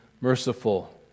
merciful